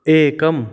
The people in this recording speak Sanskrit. एकम्